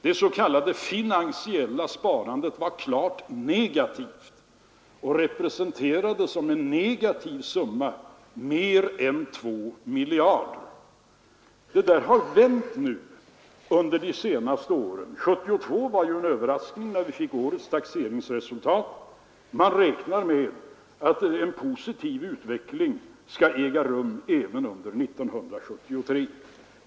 Det s.k. finansiella sparandet var klart negativt och representerade mer än 2 miljarder kronor som negativ post. Det har vänt nu under de senaste åren. 1972 års taxeringsresultat var en överraskning, och man räknar med att en positiv utveckling skall äga rum även under 1973.